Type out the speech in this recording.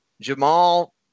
Jamal